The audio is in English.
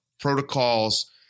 protocols